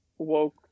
Woke